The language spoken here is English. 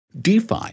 DeFi